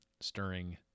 stirring